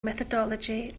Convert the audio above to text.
methodology